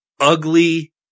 ugly